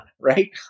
right